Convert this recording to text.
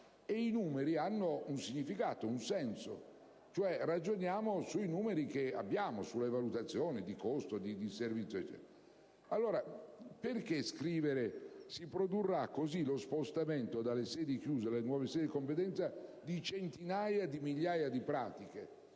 I numeri hanno un significato, un senso. Ragioniamo su quelli e sulla valutazione dei costi e dei servizi. Perché scrivere: «Si produrrà così lo spostamento dalle sedi chiuse alle nuove sedi di competenza di centinaia di migliaia di pratiche»?